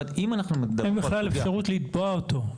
אין בכלל אפשרות בכלל לתבוע אותו,